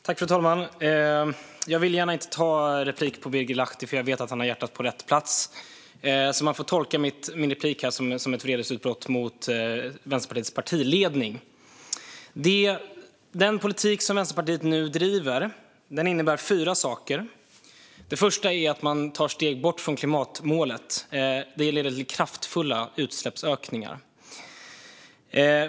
Fru talman! Jag vill inte gärna begära replik på Birger Lahti, för jag vet att han har hjärtat på rätt plats. Man får alltså tolka min replik som ett vredesutbrott mot Vänsterpartiets ledning. Den politik som Vänsterpartiet nu driver innebär fyra saker. Det första är att man tar steg bort från klimatmålet; politiken leder till kraftiga utsläppsökningar.